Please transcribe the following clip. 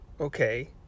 okay